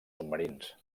submarins